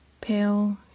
Pale